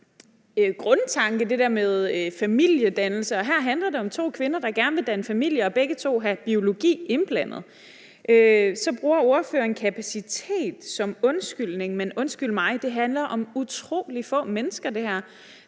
er sådan en ret konservativ grundtanke, og her handler det om to kvinder, der gerne vil danne familie og begge to vil have biologi indblandet, og så bruger ordføreren kapaciteten som undskyldning. Men undskyld mig, det her handler om utrolig få mennesker. Så jeg